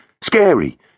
Scary